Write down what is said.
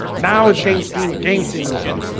now it's game streaming game streaming is done